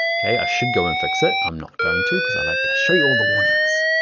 okay? i should go and fix it. i'm not going to cuz i like to show you all the warnings,